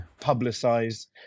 publicized